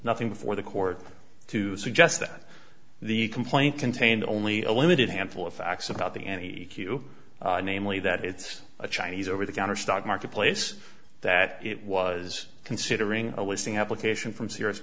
nothing before the court to suggest that the complaint contained only a limited handful of facts about the any q namely that it's a chinese over the counter stock market place that it was considering a listing application from